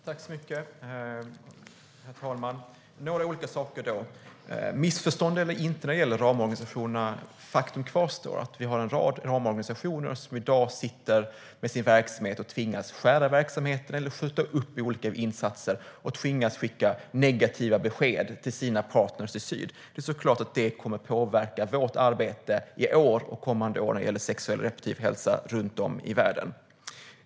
Herr talman! Jag ska ta upp några olika saker. Missförstånd eller inte när det gäller ramorganisationerna - faktum kvarstår att vi har en rad ramorganisationer som i dag sitter med sin verksamhet och tvingas skära i den eller skjuta upp olika insatser. De tvingas skicka negativa besked till sina partner i syd. Det är klart att det kommer att påverka vårt arbete i år och kommande år när det gäller sexuell och reproduktiv hälsa runt om i världen.